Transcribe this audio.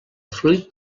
fruit